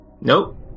Nope